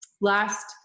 last